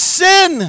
sin